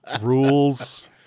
rules